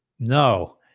no